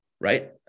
right